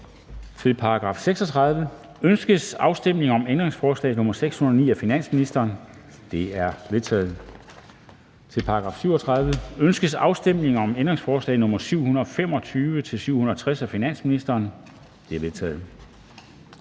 Pensionsvæsenet. Ønskes afstemning om ændringsforslag nr. 609 af finansministeren? Det er vedtaget. Til § 37. Renter. Ønskes afstemning om ændringsforslag nr. 725-760 af finansministeren? De er vedtaget.